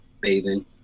bathing